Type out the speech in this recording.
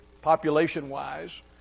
population-wise